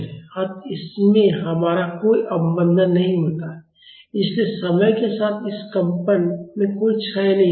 अत इसमें हमारा कोई अवमंदन नहीं होता इसलिए समय के साथ इस कंपन में कोई क्षय नहीं होता